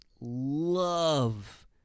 love